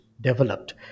developed